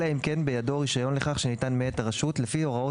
אלא אם כן בידו רישיון לכך שניתן מאת הרשות לפי הוראות